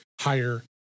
higher